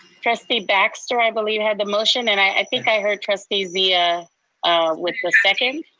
trustee baxter, i believe had the motion and i think i heard trustee zia ah with the second?